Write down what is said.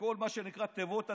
וכל תיבות התהודה,